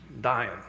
dying